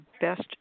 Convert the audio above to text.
best